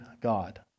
God